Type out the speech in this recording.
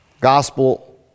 gospel